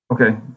Okay